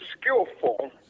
skillful